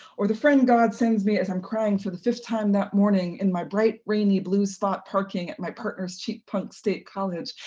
or the friend god sends me as i am crying for the fifth time that morning in my bright rainy blue spot parking at my partner's cheap punk state college,